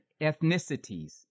ethnicities